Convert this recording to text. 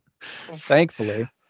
thankfully